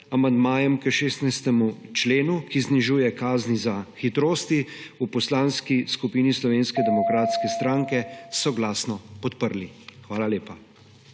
amandmajem k 16. členu, ki znižuje kazni za hitrosti, v Poslanski skupini Slovenske demokratske stranke soglasno podprli. Hvala lepa.